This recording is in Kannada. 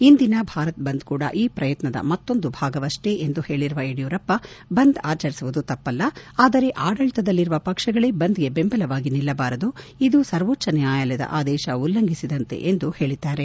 ಇಂದಿನ ಭಾರತ್ ಬಂದ್ ಕೂಡ ಈ ಪ್ರಯತ್ನದ ಮತ್ತೊಂದು ಭಾಗವಪ್ಪೆ ಎಂದು ಹೇಳಿರುವ ಯಡಿಯೂರಪ್ಪ ಬಂದ್ ಆಚರಿಸುವುದು ತಪ್ಪಲ್ಲ ಆದರೆ ಆಡಳಿತದಲ್ಲಿರುವ ಪಕ್ಷಗಳೇ ಬಂದ್ ಗೆ ಬೆಂಬಲವಾಗಿ ನಿಲ್ಲಬಾರದು ಇದು ಸರ್ವೋಚ್ದ ನ್ಯಾಯಾಲಯದ ಆದೇಶ ಉಲ್ಲಂಘಿಸಿದಂತೆ ಎಂದು ಅವರು ಹೇಳಿದ್ದಾರೆ